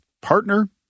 partner